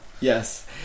yes